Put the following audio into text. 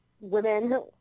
women